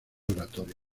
oratorio